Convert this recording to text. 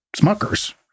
Smuckers